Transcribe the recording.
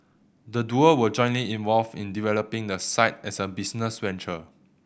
the duo were jointly involved in developing the site as a business venture